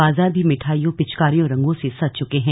बाजार भी मिठाईयों पिचकारियों और रंगों से सज चुके हैं